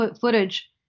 footage